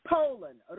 Poland